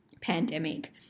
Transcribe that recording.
pandemic